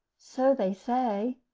so they say.